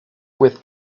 with